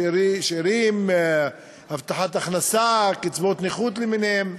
שאירים, הבטחת הכנסה, קצבאות נכות למיניהן.